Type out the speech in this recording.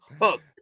Hook